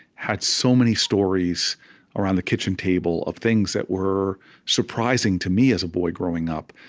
had so many stories around the kitchen table of things that were surprising to me as a boy, growing up,